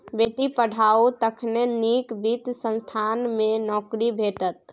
बेटीक पढ़ाउ तखने नीक वित्त संस्थान मे नौकरी भेटत